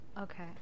Okay